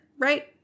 right